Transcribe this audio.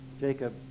Jacob